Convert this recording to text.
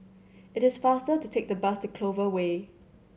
it is faster to take the bus to Clover Way